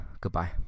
goodbye